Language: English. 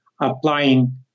applying